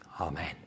Amen